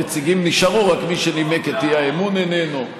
נציגים נשארו, רק מי שנימק את האי-אמון איננו.